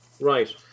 Right